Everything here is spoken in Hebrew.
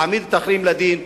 להעמיד את האחראים לדין,